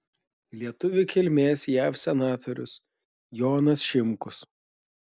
lietuvių kilmės jav senatorius jonas šimkus